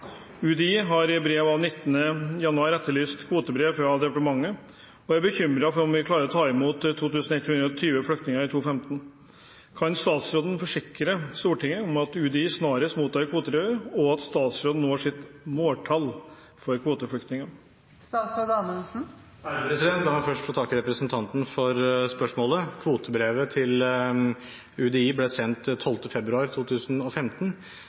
er bekymret for om vi klarer å ta imot 2 120 flyktninger i 2015. Kan statsråden forsikre Stortinget om at UDI snarest mottar kvotebrev, og at statsråden når sitt måltall for kvoteflyktninger?» La meg først få takke representanten for spørsmålet. Kvotebrevet til UDI ble sendt 12. februar 2015.